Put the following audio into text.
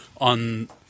on